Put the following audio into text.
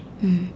mm